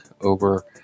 over